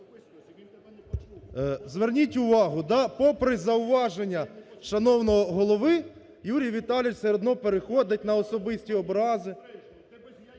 Зверніть увагу, да, попри зауваження шановного голови, Юрій Віталійович все одно переходить на особисті образи,